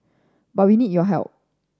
but we need your help